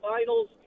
Finals